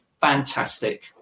fantastic